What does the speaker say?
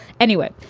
anyway,